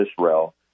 Israel